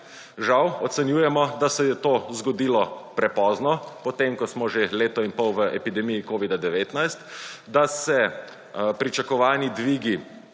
Žal ocenjujemo, da se je to zgodilo prepozno, potem ko smo že leto in pol v epidemiji covida-19, da se pričakovani dvigi